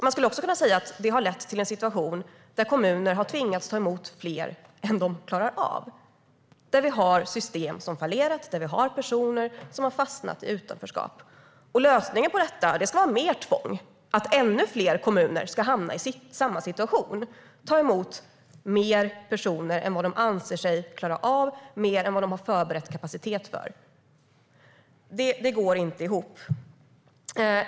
Man skulle också kunna säga att det har lett till en situation där kommuner har tvingats ta emot fler än de klarar av. Där har vi fått system som fallerat och personer som fastnat i utanförskap. Lösningen på detta ska vara mer tvång, säger man. Då hamnar ännu fler kommuner i samma situation. De får ta emot fler personer än de anser sig klara av och fler än de har förberett kapacitet för. Det går inte ihop.